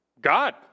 God